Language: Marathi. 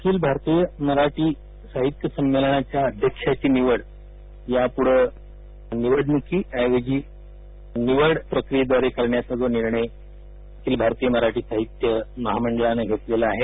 अखिल भारतीय मराठी साहित्य संमेलनाच्या अध्यक्षपदाची निवड यापुढे निवडणूकीऐवजी निवड प्रक्रियेने करण्याचा निर्णय अखिल भारतीय मराठी साहित्य महामंडळाने घेतला आहे